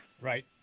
Right